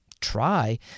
try